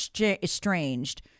estranged